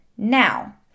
Now